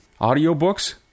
Audiobooks